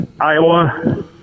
Iowa